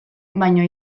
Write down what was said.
baino